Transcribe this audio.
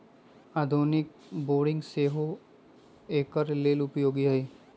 आधुनिक बोरिंग सेहो एकर लेल उपयोगी है